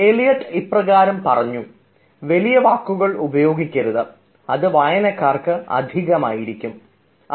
Eliot ഇപ്രകാരം പറഞ്ഞു " വലിയ വാക്കുകൾ ഉപയോഗിക്കരുത് അത് വായനക്കാർക്ക് അധികമായിരിക്കും"